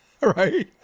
Right